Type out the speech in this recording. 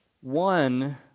one